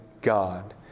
God